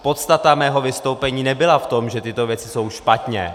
Podstata mého vystoupení nebyla v tom, že tyto věci jsou špatně.